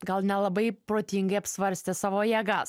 gal nelabai protingai apsvarstė savo jėgas